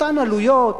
אותן עלויות,